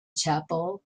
chapel